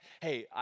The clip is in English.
Hey